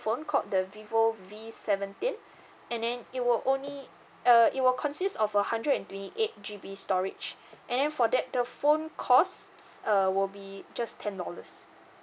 phone called the vivo V seventeen and then it will only uh it will consist of a hundred and twenty eight G_B storage and then for that the phone costs uh will be just ten dollars